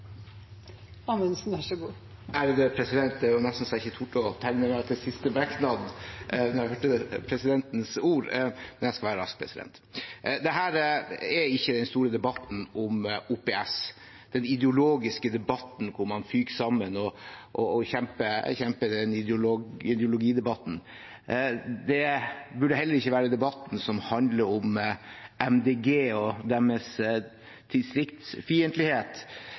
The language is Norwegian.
Det var nesten så jeg ikke turte å tegne meg til en siste merknad da jeg hørte presidentens ord, men jeg skal være rask. Dette er ikke den store debatten om OPS, hvor man fyker sammen og kjemper i en ideologidebatt. Det burde heller ikke være debatten som handler om Miljøpartiet De Grønne og deres distriktsfiendtlighet.